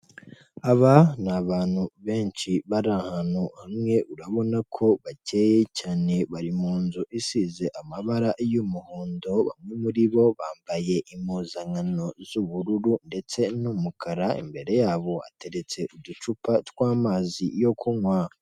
Aba ni abantu benshi bari ahantu hamwe urabona ko bakeye cyane bari mu nzu isize amabara y'umuhondo bamwe muri bo bambaye impuzankano z'ubururu ndetse n'umukara imbere yabo ateretse uducupa tw'amazi yo kunywa.